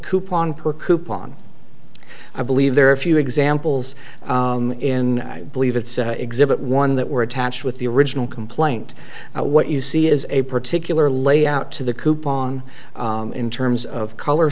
upon poor coupon i believe there are a few examples in i believe it's exhibit one that were attached with the original complaint what you see is a particular layout to the coupon in terms of color